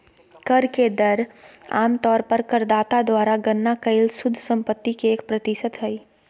कर के दर आम तौर पर करदाता द्वारा गणना कइल शुद्ध संपत्ति के एक प्रतिशत हइ